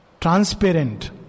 transparent